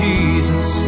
Jesus